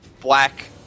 black